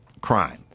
crime